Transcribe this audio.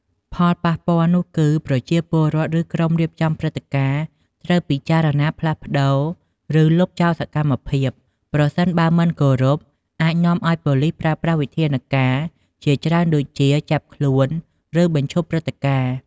ផលប៉ះពាល់នោះគឺ ប្រជាពលរដ្ឋឬក្រុមរៀបចំព្រឹត្តិការណ៍ ត្រូវពិចារណាផ្លាស់ប្តូរឬលុបចោលសកម្មភាព ប្រសិនបើមិនគោរព អាចនាំឱ្យប៉ូលិសប្រើប្រាស់វិធានការជាច្រើនដូចជា ចាប់ខ្លួន ឬបញ្ឈប់ព្រឹត្តិការណ៍។